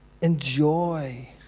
Enjoy